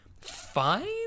fine